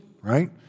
right